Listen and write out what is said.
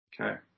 Okay